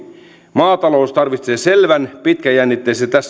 maatalous tarvitsee selvän pitkäjännitteisen